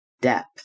depth